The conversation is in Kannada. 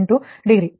68 ಡಿಗ್ರಿ